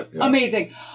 Amazing